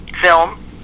film